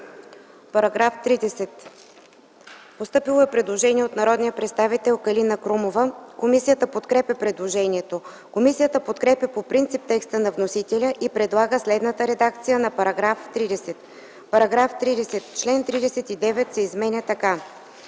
По § 30 е постъпило предложение от народния представител Калина Крумова. Комисията подкрепя предложението. Комисията подкрепя по принцип текста на вносителя и предлага следната редакция на § 30: „§ 30. Член 39 се изменя така: